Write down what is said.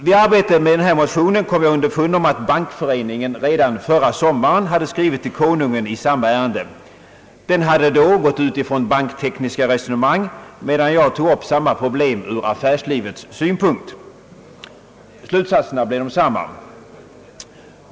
Vid arbetet med denna motion kom jag underfund med att Bankföreningen redan förra sommaren hade skrivit till Kungl. Maj:t i samma ärende, Bankföreningen hade då utgått från banktekniska resonemang, medan jag tog upp samma problem ur affärslivets synpunkt. Slutsatserna blev desamma.